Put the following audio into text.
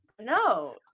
No